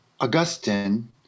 Augustine